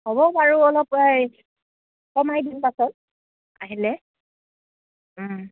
হ'ব বাৰু অলপ কমাই দিম পাছত আহিলে